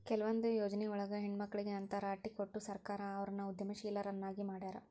ಕೆಲವೊಂದ್ ಯೊಜ್ನಿಯೊಳಗ ಹೆಣ್ಮಕ್ಳಿಗೆ ಅಂತ್ ರಾಟಿ ಕೊಟ್ಟು ಸರ್ಕಾರ ಅವ್ರನ್ನ ಉದ್ಯಮಶೇಲ್ರನ್ನಾಗಿ ಮಾಡ್ಯಾರ